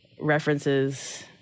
references